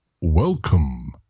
Welcome